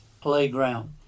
playground